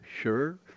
sure